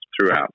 throughout